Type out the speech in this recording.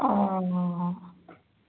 অঁ অঁ